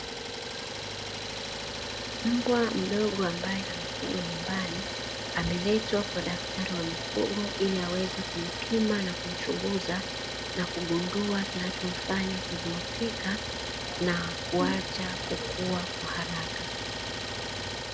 Mbwa mdogo ambae anafugwa nyumbani, ameletwa kwa daktari wa mifugo, ili aweze kumpima na kuchumnguza na kugundua kinachomfanya kudhohofika, na kuacha kukua kwa haraka.